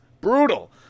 Brutal